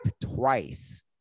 twice